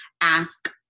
ask